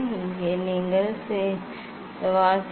இங்கே நீங்கள் இந்த வாசிப்பை எடுத்துக்கொள்கிறீர்கள்